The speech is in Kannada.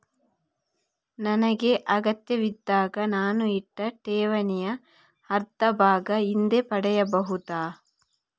ನನಗೆ ಅಗತ್ಯವಿದ್ದಾಗ ನಾನು ಇಟ್ಟ ಠೇವಣಿಯ ಅರ್ಧಭಾಗ ಹಿಂದೆ ಪಡೆಯಬಹುದಾ?